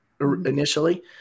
initially